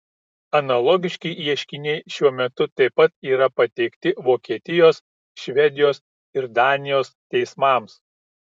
analogiški ieškiniai šiuo metu taip pat yra pateikti vokietijos švedijos ir danijos teismams